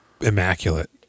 immaculate